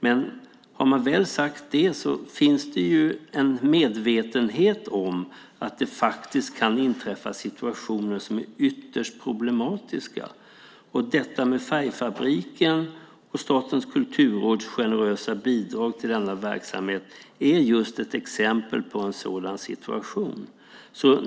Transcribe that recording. Men har man väl sagt det finns det en medvetenhet om att det faktiskt kan inträffa situationer som är ytterst problematiska. Detta med Färgfabriken och Statens kulturråds generösa bidrag till denna verksamhet är just ett exempel på en sådan situation.